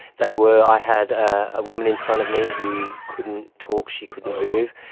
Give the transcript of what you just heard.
they were. i had a woman in front of me who couldn't talk, she couldn't move.